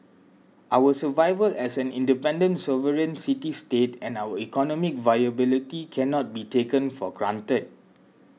our survival as an independent sovereign city state and our economic viability cannot be taken for granted